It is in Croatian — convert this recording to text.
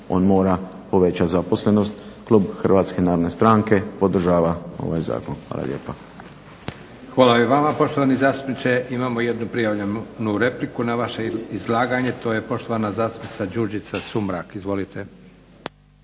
on mora povećati zaposlenost. Klub HNS-a podržava ovaj zakon. Hvala